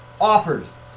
offers